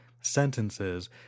sentences